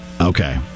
Okay